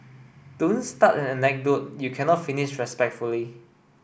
don't start an anecdote you cannot finish respectfully